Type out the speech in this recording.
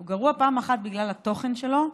הוא גרוע פעם אחת בגלל התוכן שלו,